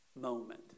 moment